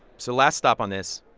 so last stop on this,